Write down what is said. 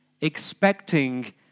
expecting